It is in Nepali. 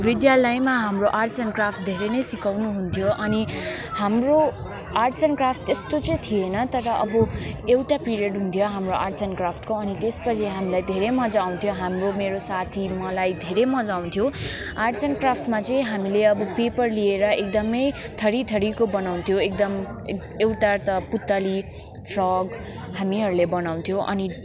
विद्यालयमा हाम्रो आर्ट्स एन्ड क्राफ्ट धेरै नै सिकाउनु हुन्थ्यो अनि हाम्रो आर्ट्स एन्ड क्राफ्ट त्यस्तो चाहिँ थिएन तर अब एउटा पिरियड हुन्थ्यो हाम्रो आर्ट्स एन्ड क्राफ्टको अनि त्यसमा चाहिँ हामीलाई धेरै मज्जा आउँथ्यो हाम्रो मेरो साथी मलाई धेरै मज्जा आउँथ्यो आर्ट्स एन्ड क्राफ्टमा चाहिँ हामीले अब पेपर लिएर एकदमै थरी थरीको बनाँउथ्यो एकदम एउटा त पुतली फ्रग हामीहरूले बनाउँथ्यौँ अनि